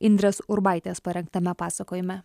indrės urbaitės parengtame pasakojime